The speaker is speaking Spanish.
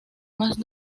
más